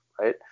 right